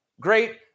Great